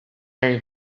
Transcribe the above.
very